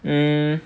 mm